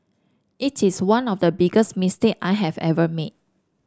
it is one of the biggest mistake I have ever made